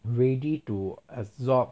ready to absorb